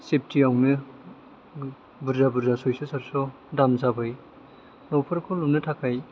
सिपथियावनो बुरजा बुरजा सयस' सादस' गाहाम जाबाय न'फोरखौ लुनो थाखाय